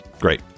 Great